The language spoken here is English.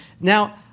Now